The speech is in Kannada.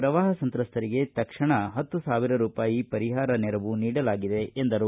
ಪ್ರವಾಹ ಸಂತ್ರಸ್ತರಿಗೆ ತಕ್ಷಣಕ್ಕೆ ಹತ್ತು ಸಾವಿರ ರೂಪಾಯಿ ಪರಿಹಾರ ನೆರವು ನೀಡಲಾಗಿದೆ ಎಂದರು